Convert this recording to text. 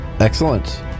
Excellent